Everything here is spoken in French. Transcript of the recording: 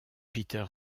peter